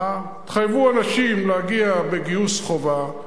תחייבו אנשים להגיע בגיוס חובה.